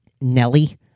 Nelly